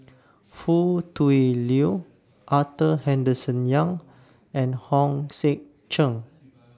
Foo Tui Liew Arthur Henderson Young and Hong Sek Chern